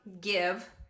give